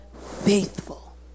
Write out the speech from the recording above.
faithful